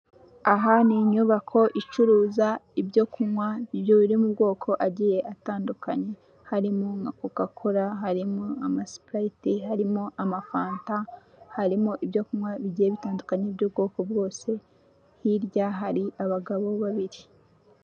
Abantu babiri bafashe terefone mu ntoki zose ziri kwaka umwe yambaye umupira w'umutuku akaba bose bari imbere y'ameza akoze mu rubaho rw'umweru.